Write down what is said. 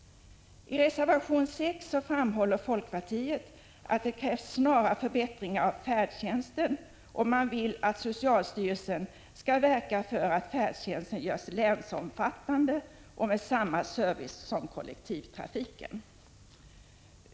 I reservation 6 framhåller folkpartiet att det krävs snara förbättringar av färdtjänsten, och man vill att socialstyrelsen skall verka för att färdtjänsten görs länsomfattande och för att den skall få samma service som kollektivtrafiken.